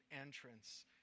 entrance